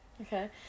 Okay